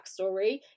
backstory